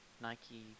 Nike